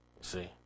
See